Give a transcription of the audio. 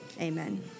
Amen